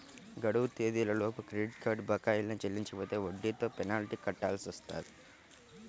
గడువు తేదీలలోపు credit card బకాయిల్ని చెల్లించకపోతే వడ్డీతో పెనాల్టీ కట్టాల్సి వత్తది